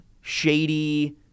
shady